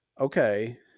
okay